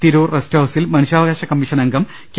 Tirur rest ഹൌസിൽ മനുഷ്യാവകാശ commission അംഗം കെ